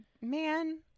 man